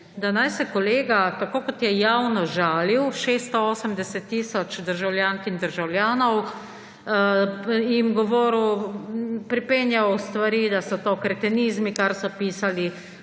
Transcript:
da naj se kolega, tako kot je javno žalil 680 tisoč državljank in državljanov, jim govoril, pripenjal stvari, da so to kretenizmi, kar so pisali,